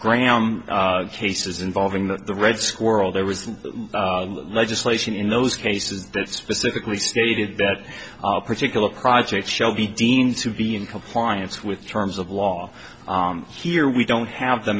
graham cases involving the red squirrel there was legislation in those cases that specifically stated that particular project shall be deemed to be in compliance with terms of law here we don't have the